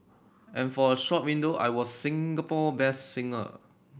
and for a short window I was Singapore best singer